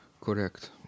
Correct